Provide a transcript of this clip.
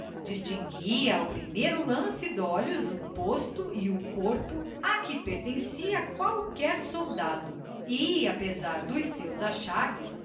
distinguia ao primeiro lance de olhos o posto e o corpo a que pertencia qualquer soldado e apesar dos seus achaques